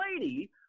lady